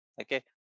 Okay